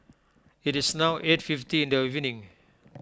it is now eight fifty the evening